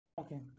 Okay